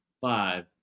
five